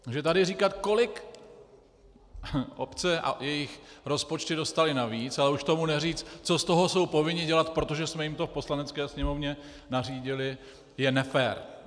Takže tady říkat, kolik obce a jejich rozpočty dostaly navíc, ale už k tomu neříct, co z toho jsou povinny dělat, protože jsme jim to v Poslanecké sněmovně nařídili, je nefér.